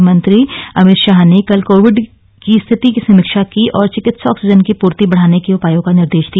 गृह मंत्री अमित शाह ने कल कोविड स्थिति की समीक्षा की और चिकित्सा ऑक्सीजन की आपूर्ति बढ़ाने के उपायों का निर्देश दिया